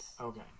Okay